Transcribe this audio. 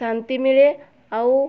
ଶାନ୍ତି ମିଳେ ଆଉ